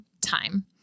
time